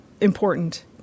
important